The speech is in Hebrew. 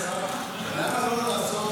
הזה, אדוני השר.